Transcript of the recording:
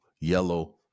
yellow